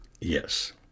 Yes